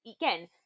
again